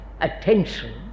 attention